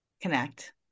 connect